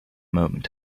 moment